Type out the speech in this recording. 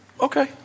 Okay